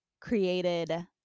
created